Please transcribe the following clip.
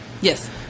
Yes